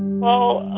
well,